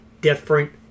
different